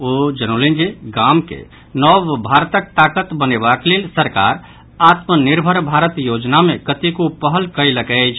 ओ जनौलनि जे गाम के नव भारतक ताकत बनेबाक लेल सरकार आत्मनिर्भर भारत योजना मे कतेको पहल कयलक अछि